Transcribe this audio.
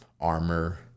armor